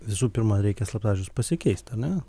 visų pirma reikia slaptažodžius pasikeist ar ne